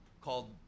called